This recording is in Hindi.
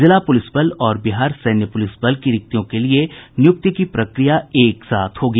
जिला प्रलिस बल और बिहार सैन्य प्रलिस बल की रिक्तियों के लिये नियुक्ति की प्रक्रिया एक साथ होगी